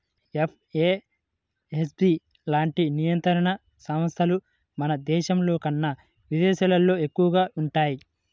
ఇలాంటి ఎఫ్ఏఎస్బి లాంటి నియంత్రణ సంస్థలు మన దేశంలోకన్నా విదేశాల్లోనే ఎక్కువగా వుంటయ్యి